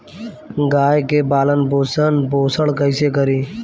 गाय के पालन पोषण पोषण कैसे करी?